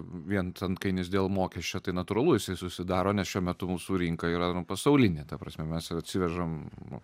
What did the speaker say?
vien antkainis dėl mokesčio tai natūralu jisai susidaro nes šiuo metu mūsų rinka yra pasaulinė ta prasme mes atsivežam